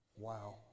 Wow